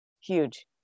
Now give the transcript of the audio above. Huge